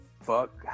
fuck